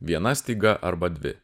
viena styga arba dvi